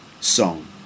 song